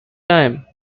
time